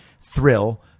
thrill